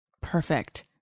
perfect